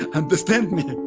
understand me